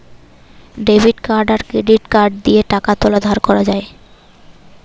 debit card credit card দিয়ে টাকা তুলা আর ধার করা যায়